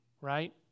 right